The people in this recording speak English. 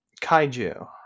Kaiju